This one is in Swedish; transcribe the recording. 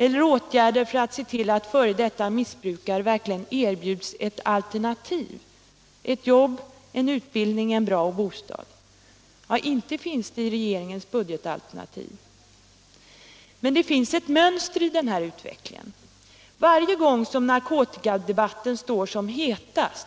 Eller åtgärder för att se till att f. d. missbrukare verkligen erbjuds ett alternativ — ett jobb eller en utbildning och en bra bostad? Ja, inte finns de i regeringens budgetalternativ. Men det finns ett mönster i den här utvecklingen. Varje gång narkotikadebatten står som hetast